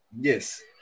Yes